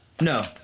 No